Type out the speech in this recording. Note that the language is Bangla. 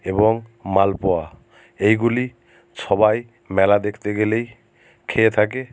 এবং মালপোয়া এইগুলি সবাই মেলা দেখতে গেলেই খেয়ে থাকে